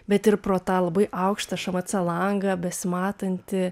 bet ir pro tą labai aukštą šmc langą besimatanti